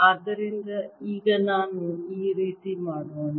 ಆದ್ದರಿಂದ ಈಗ ನಾನು ಈ ರೀತಿ ಮಾಡೋಣ